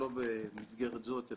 לא במסגרת זאת,